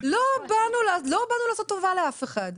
לא באנו לעשות טובה לאף אחד.